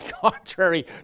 contrary